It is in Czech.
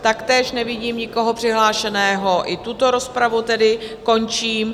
Taktéž nevidím nikoho přihlášeného, i tuto rozpravu tedy končím.